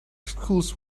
school’s